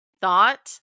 thought